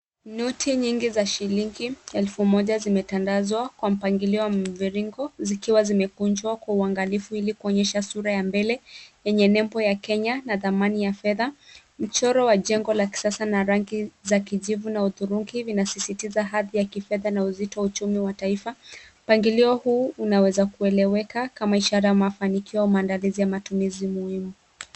Noti nyingi za shilingi elfu moja zimetandazwa kwa mpangilio wa mviringo zikiwa zimekunjwa kwa uangalifu ili kuonyesha sura ya mbele yenye nembo ya Kenya na thamani ya fedha. Mchoro wa jengo la kisasa na rangi za kijivu na hudhurugi vinasisitiza hadhi ya kifedha na uzito wa uchumi taifa. Mpangilio huu unaweza kueleweka kama ishara ya mafanikio au maandalizi ya matumizi muhimu.